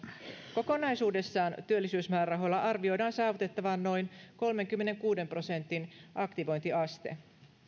kokonaisuudessaan työllisyysmäärärahoilla arvioidaan saavutettavan noin kolmenkymmenenkuuden prosentin aktivointiaste